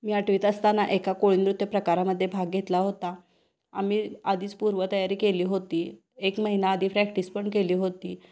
मी आठवीत असताना एका कोळीनृत्य प्रकारामध्ये भाग घेतला होता आम्ही आधीच पूर्वतयारी केली होती एक महिना आधी प्रॅक्टिस पण केली होती